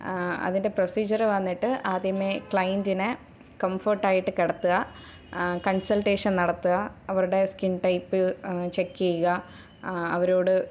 അതിൻ്റെ പ്രൊസീജ്യർ വന്നിട്ട് ആദ്യമേ ക്ലൈൻ്റിനെ കംഫേർട്ടായിട്ട് കിടത്തുക കൺസൾട്ടേഷൻ നടത്തുക അവരുടെ സ്കിൻ ടൈപ്പ് ചെക്ക് ചെയ്യുക അവരോട്